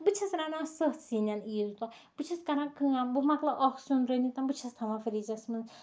بہٕ چھَس رَنان سَتھ سِنۍ یہِ عیٖز دۄہ بہٕ چھَس کران کٲم بہٕ مۄکلاو اکھ سیُن رٔنِتھ بہٕ چھَس تھاوان فرجَس منٛز